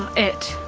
it!